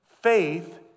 Faith